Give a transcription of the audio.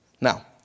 Now